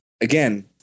again